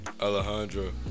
Alejandro